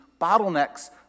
bottlenecks